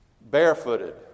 barefooted